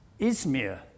Izmir